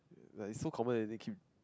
like is so common like it keep